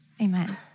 Amen